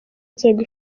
nzego